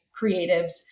creatives